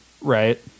Right